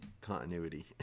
continuity